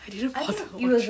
I didn't bother to watch